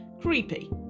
Creepy